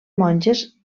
monges